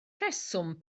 rheswm